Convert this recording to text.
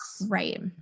Right